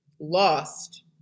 lost